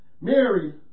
Mary